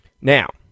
Now